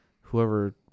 whoever